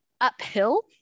uphill